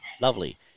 Lovely